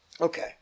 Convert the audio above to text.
Okay